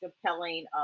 compelling